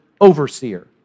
overseer